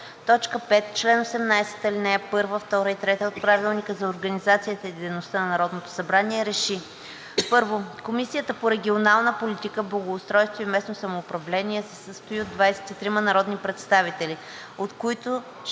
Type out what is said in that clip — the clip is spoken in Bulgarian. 2, т. 5, чл. 18, ал. 1, 2 и 3 от Правилника за организацията и дейността на Народното събрание РЕШИ: 1. Комисията по регионална политика, благоустройство и местно самоуправление се състои от 23 народни представители, от които